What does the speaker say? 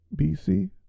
BC